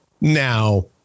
Now